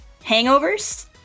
hangovers